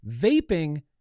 Vaping